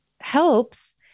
helps